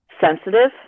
sensitive